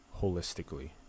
holistically